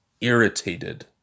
irritated